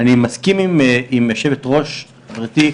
אני מסכים עם היו"ר, גברתי,